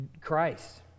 Christ